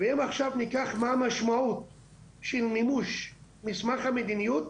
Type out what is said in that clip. ואם עכשיו ניקח מה היא המשמעות של מימוש של מסמך המדיניות,